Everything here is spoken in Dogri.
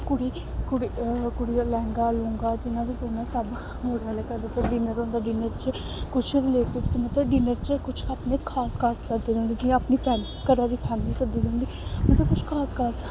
कुड़ी कुड़ी कुड़ी दा लैंह्गा लूंह्गा जि'न्ना बी सुन्ना सब मुड़े आह्ले करदे फिर डिनर होंदा डिनर च कुछ रिलेटिबस मतलब डिनर च कुछ अपने खास खास सद्दे दे होंदे जि'यां अपनी फैम घरै दी फैमली सद्दी दी होंदी मतलब कुछ खास खास